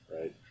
right